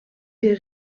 viel